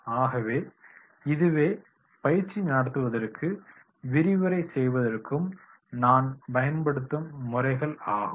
ஆகவே இதுவே பயிற்சி நடத்துவதற்கும் விரிவுரை செய்வதற்கும் நான் பயன்படுத்தும் முறைகள் ஆகும்